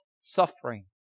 suffering